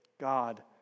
God